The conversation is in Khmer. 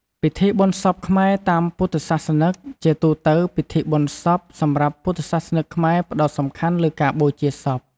ពិធីបុណ្យសពខ្មែរ តាមពុទ្ធសាសនិក ជាទូទៅ ពិធីបុណ្យសពសម្រាប់ពុទ្ធសាសនិកខ្មែរផ្តោតសំខាន់លើការបូជាសព។